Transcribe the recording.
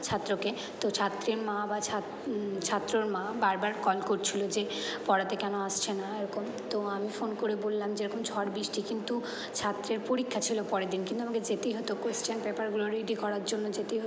ছাত্রকে তো ছাত্রের মা বা ছাত্রর মা বারবার কল করছিলো যে পড়াতে কেন আসছে না এরকম তো আমি ফোন করে বললাম যে এরকম ঝড় বৃষ্টি কিন্তু ছাত্রের পরীক্ষা ছিলো পরের দিন কিন্তু আমাকে যেতেই হতো কোশ্চেন পেপারগুলো রেডি করার জন্য যেতেই হতো